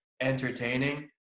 entertaining